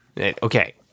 Okay